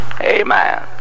Amen